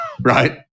right